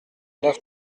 neuf